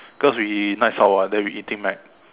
because we nights out [what] we're eating Mc